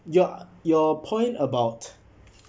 your your point about